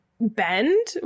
bend